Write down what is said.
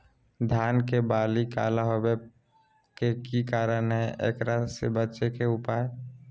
धान के बाली काला होवे के की कारण है और एकरा से बचे के उपाय?